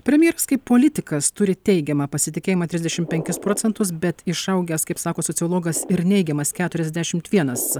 premjeras kaip politikas turi teigiamą pasitikėjimą trisdešimt penkis procentus bet išaugęs kaip sako sociologas ir neigiamas keturiasdešimt vienas